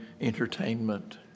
entertainment